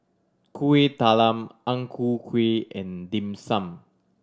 Kuih Talam Ang Ku Kueh and Dim Sum